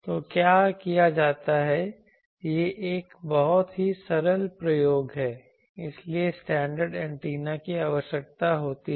तो क्या किया जाता है यह एक बहुत ही सरल प्रयोग है इसलिए स्टैंडर्ड एंटीना की आवश्यकता होती है